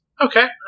Okay